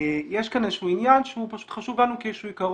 יש כאן עניין שהוא חשוב לנו כאיזה שהוא עיקרון,